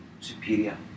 superior